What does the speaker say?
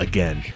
Again